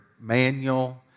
manual